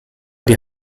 die